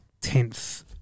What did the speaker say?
tenth